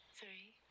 three